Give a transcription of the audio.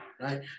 right